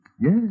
Yes